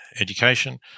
education